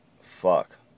Fuck